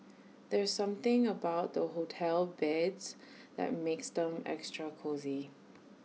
there's something about hotel beds that makes them extra cosy